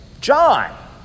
John